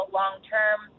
long-term